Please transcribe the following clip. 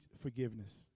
forgiveness